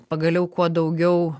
pagaliau kuo daugiau